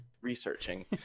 researching